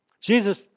Jesus